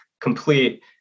complete